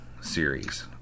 series